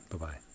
Bye-bye